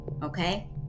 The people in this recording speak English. Okay